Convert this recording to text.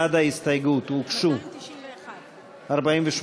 בעד ההסתייגות הוגשו 48 קולות,